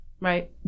Right